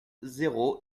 zéro